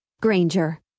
Granger